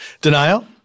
Denial